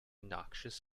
noxious